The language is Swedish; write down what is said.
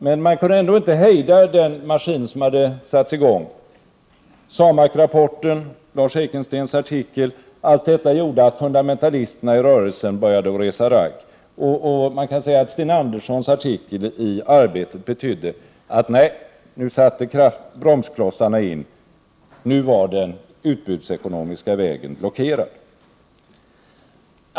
Den maskin som hade satts i gång gick emellertid inte att hejda. SAMAK-rapporten, Lars Heikenstens artikel, m.m. gjorde att fundamentalisterna i rörelsen började resa ragg. Man kan säga att Sten Anderssons artikel i Arbetet betydde att bromsklossarna sattes in och att den utbudsekonomiska vägen var blockerad.